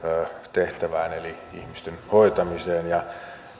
tehtävään eli ihmisten hoitamiseen